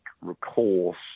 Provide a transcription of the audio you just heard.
recourse